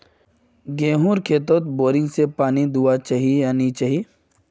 गेँहूर खेतोत बोरिंग से पानी दुबा चही या नी चही?